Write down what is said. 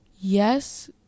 Yes